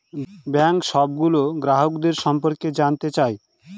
bank সবগুলো গ্রাহকের সম্পর্কে জানতে চায়